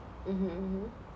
mmhmm mmhmm